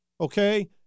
okay